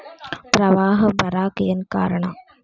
ಪ್ರವಾಹ ಬರಾಕ್ ಏನ್ ಕಾರಣ?